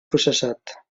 processat